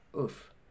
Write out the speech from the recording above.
oof